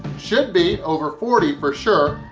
should be over forty for sure,